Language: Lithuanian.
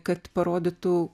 kad parodytų